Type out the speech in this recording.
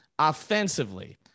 offensively